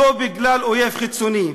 לא בגלל אויב חיצוני.